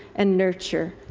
and nurture,